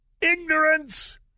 ignorance